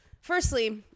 Firstly